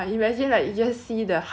like do you think you can beat like